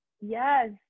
Yes